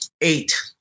Eight